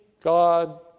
God